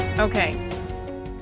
Okay